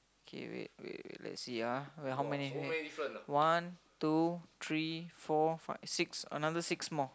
okay wait wait wait let's see ah wait how many one two three four five six another six more